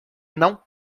não